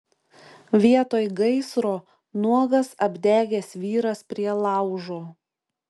vietoj gaisro nuogas apdegęs vyras prie laužo